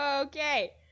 Okay